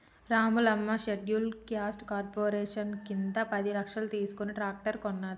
Ramulamma scheduled caste corporation కింద పది లక్షలు తీసుకుని ట్రాక్టర్ కొన్నది